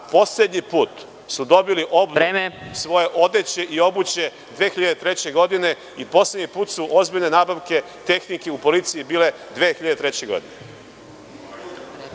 poslednji put su dobili svoju odeću i obuću 2003. godine i poslednji put su ozbiljne nabavke tehnike u policiji bile 2003. godine.